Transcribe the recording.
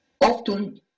often